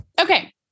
Okay